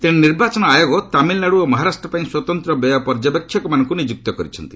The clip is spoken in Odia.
ତେଶେ ନିର୍ବାଚନ ଆୟୋଗ ତାମିଲନାଡୁ ଓ ମହାରାଷ୍ଟ୍ର ପାଇଁ ସ୍ୱତନ୍ତ ବ୍ୟୟ ପର୍ଯ୍ୟବେକ୍ଷକମାନଙ୍କୁ ନିଯୁକ୍ତ କରିଛନ୍ତି